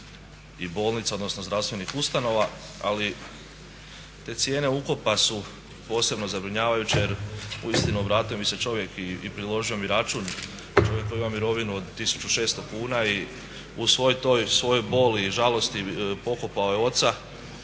i bolnica, odnosno zdravstvenih ustanova ali te cijene ukopa su posebno zabrinjavajuće jer uistinu obratio mi se čovjek i priložio mi je račun, čovjek koji ima mirovinu od 1600 kuna i u svoj toj svojoj boli i žalosti pokopao je oca